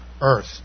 earth